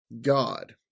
God